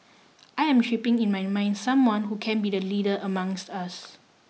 I am shaping in my mind someone who can be the leader amongst us